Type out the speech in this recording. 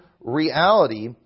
reality